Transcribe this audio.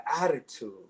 attitude